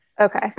Okay